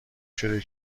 شده